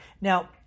Now